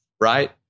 right